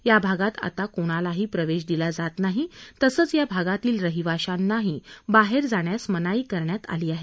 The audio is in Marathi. या भागात आता कोणालाही प्रवेश दिला जात नाही तसेच या भागातील राहिवाशानाही बाहेर जाण्यास मनाई करण्यात आली आहे